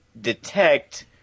detect